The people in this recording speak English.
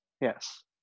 Yes